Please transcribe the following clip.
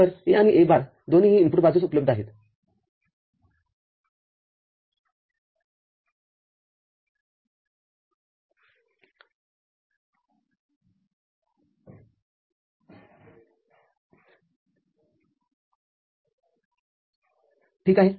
तर A आणि A बारदोन्हीही इनपुट बाजूस उपलब्ध आहेतअन्यथाफक्त A उपलब्ध असल्यास A बार मिळण्यासाठी आपल्याला दुसऱ्या NOT गेटची आवश्यकता आहे ठीक आहे